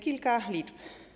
Kilka liczb.